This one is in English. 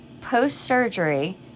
Post-surgery